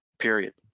period